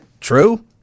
true